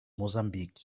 mosambik